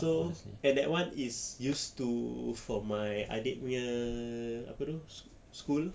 so and that [one] is used to for my adik punya apa tu school